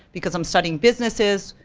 because i'm studying businesses,